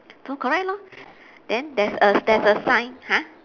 so correct lor then there's a there's a sign !huh!